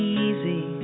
easy